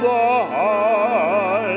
ma